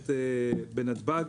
התוצרת בנתב"ג,